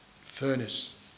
Furnace